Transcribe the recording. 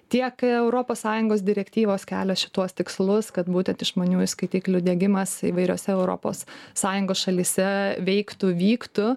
tiek europos sąjungos direktyvos kelia šituos tikslus kad būtent išmaniųjų skaitiklių diegimas įvairiose europos sąjungos šalyse veiktų vyktų